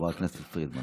חברת הכנסת פרידמן.